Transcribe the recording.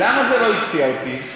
למה זה לא הפתיע אותי?